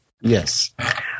Yes